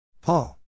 Paul